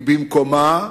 היא במקומה.